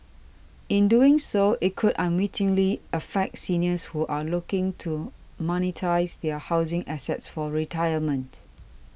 in doing so it could unwittingly affect seniors who are looking to monetise their housing assets for retirement